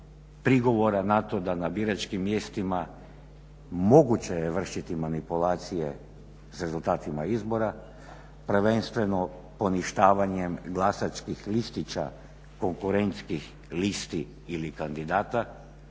prigovora na ta da na biračkim mjestima moguće je vršiti manipulacije s rezultatima izbora, prvenstveno poništavanjem glasačkih listića konkurentskih listi ili kandidata